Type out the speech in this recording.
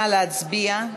נא להצביע.